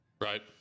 Right